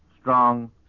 strong